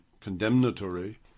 condemnatory